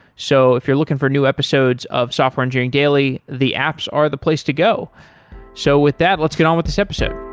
so if you're looking for new episodes of software engineering daily, the apps are the place to go so with that, let's get on with this episode